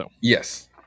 Yes